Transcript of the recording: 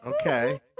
Okay